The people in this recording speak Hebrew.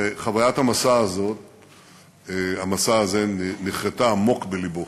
וחוויית המסע הזה נחרתה עמוק בלבו.